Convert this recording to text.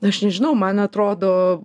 aš nežinau man atrodo